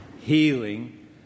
healing